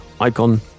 icon